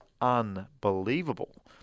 unbelievable